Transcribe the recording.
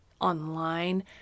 online